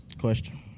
Question